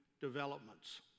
developments